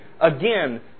again